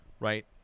Right